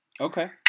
Okay